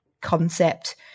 concept